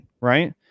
Right